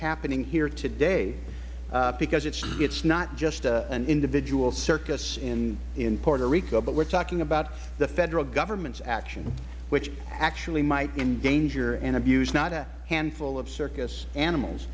happening here today because it is not just an individual circus in puerto rico but we are talking about the federal government's action which actually might endanger and abuse not a handful of circus animals